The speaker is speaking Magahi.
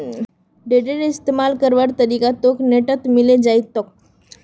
टेडरेर इस्तमाल करवार तरीका तोक नेटत मिले जई तोक